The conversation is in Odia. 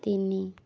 ତିନି